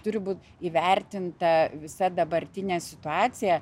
turi būt įvertinta visa dabartinė situacija